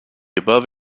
above